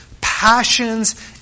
passions